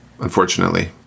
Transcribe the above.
unfortunately